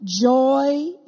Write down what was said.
Joy